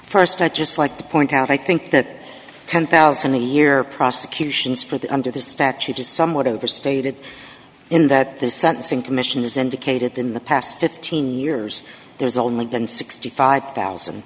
first i'd just like to point out i think that ten thousand a year prosecutions for the under the statute is somewhat overstated in that the sentencing commission has indicated in the past fifteen years there's only been sixty five thousand